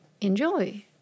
enjoy